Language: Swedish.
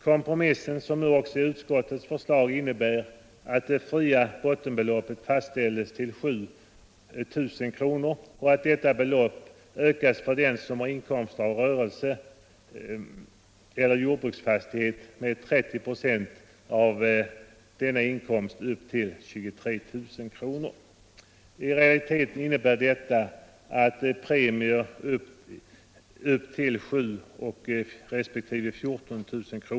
Kompromissen, som nu också är utskottets förslag, innebär att det fria bottenbeloppet fastställs till 7 000 kr. och att detta belopp för den som har inkomster av rörelse eller jordbruk ökas med 30 "> av denna inkomst upp till 23 000 kr. I praktiken innebär detta att premier på upp till 7 000 resp. 14 000 kr.